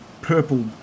purple